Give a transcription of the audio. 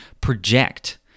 project